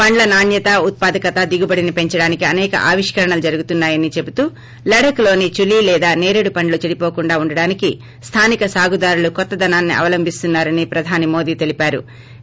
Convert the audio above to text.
పండ్ల నాణ్యత ఉత్పాదకత దిగుబడిని పెంచడానికి అసేక ఆవిష్కరణలు జరుగుతున్నా యని చెబుతూ లడఖ్లోని చులీ లేదా సేరేడు పండ్లు చెడిపోకుండా ఉండటానికి స్థానిక సాగుదారులు కొత్తదనాన్ని అవలంచిస్తున్నారని ప్రధాని మోడీ తెలిపారు